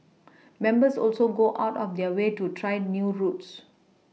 members also go out of their way to try new routes